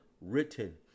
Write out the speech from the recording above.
written